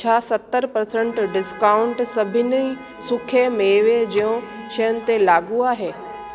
छा सतरि percent discount सभिनी सुखे मेवे जो शयुनि ते लागू आहे